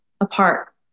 apart